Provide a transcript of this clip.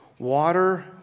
Water